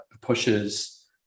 pushes